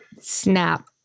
Snap